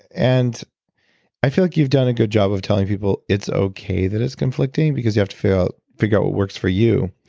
and i feel like you've done a good job of telling people it's okay that it's conflicting because you have to figure out what works for you.